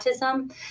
autism